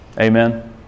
Amen